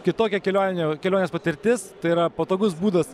kitokia kelioninė kelionės patirtis tai yra patogus būdas